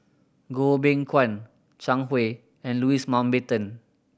Goh Beng Kwan Zhang Hui and Louis Mountbatten